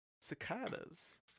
Cicadas